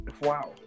Wow